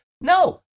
No